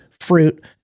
fruit